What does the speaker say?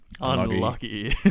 Unlucky